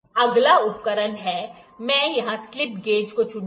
अगला उपकरण मैं यहां स्लिप गेज को चुनूंगा